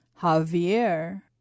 Javier